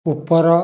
ଉପର